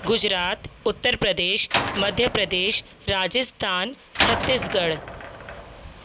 Gujarat Uttar Pradesh Madhya Pradesh Rajasthan Chhattisgarh